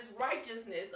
righteousness